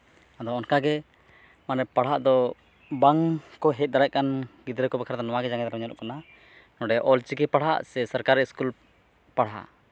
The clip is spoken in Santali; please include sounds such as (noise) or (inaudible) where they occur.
ᱟᱫᱚ ᱚᱱᱠᱟᱜᱮ ᱢᱟᱱᱮ ᱯᱟᱲᱦᱟᱜ ᱫᱚ ᱵᱟᱝ ᱠᱚ ᱦᱮᱡ ᱫᱟᱲᱮᱭᱟᱜ ᱠᱟᱱ ᱜᱤᱫᱽᱨᱟᱹ ᱠᱚ ᱵᱟᱠᱷᱨᱟ ᱫᱚ (unintelligible) ᱱᱚᱸᱰᱮ ᱚᱞᱪᱤᱠᱤ ᱯᱟᱲᱦᱟᱜ ᱥᱮ ᱥᱚᱨᱠᱟᱨᱤ ᱥᱠᱩᱞ ᱯᱟᱲᱦᱟᱜ